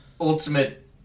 ultimate